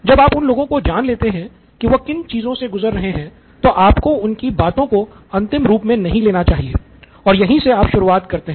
जब आप उन लोगों को जान लेते हैं कि वो किन चीज़ों से गुज़र रहे हैं तो आपको उनकी बातों को अंतिम रूप में नहीं लेना चाहिए और यहीं से आप शुरूआत करते हैं